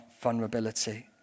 vulnerability